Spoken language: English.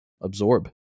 absorb